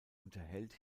unterhält